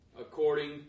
according